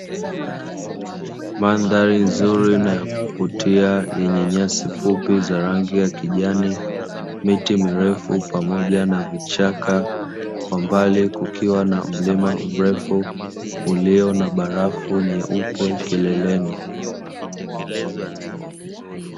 Mandhari nzuri na ya kuvutia yenye nyasi fupi za rangi ya kijani, miti mirefu pamoja na vichaka kwa mbali kukiwa na mlima mrefu ulio na barafu nyeupe kileleni.